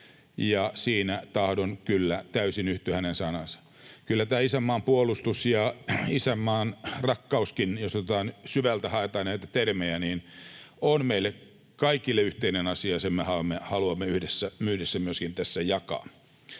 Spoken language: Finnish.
ja siinä tahdon kyllä täysin yhtyä hänen sanaansa. Kyllä tämä isänmaan puolustus ja isänmaanrakkauskin, jos syvältä haetaan näitä termejä, on meille kaikille yhteinen asia, ja sen me haluamme yhdessä myöskin tässä jakaa.